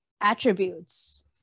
attributes